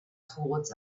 towards